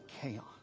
chaos